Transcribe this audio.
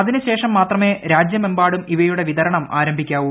അതിന് ശേഷം മാത്രമേ രാജ്യമെമ്പാടും ഇവയുടെ വിതരണം ആരംഭിക്കാവൂ